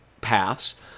paths